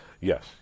Yes